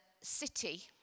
city